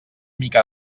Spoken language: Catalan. mica